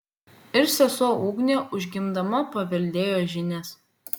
ir sesuo ugnė užgimdama paveldėjo žinias